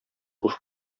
буш